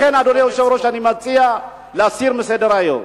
לכן, אדוני היושב-ראש, אני מציע להסיר מסדר-היום.